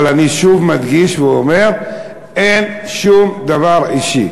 אבל אני שוב מדגיש ואומר: אין שום דבר אישי.